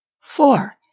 Four